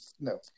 no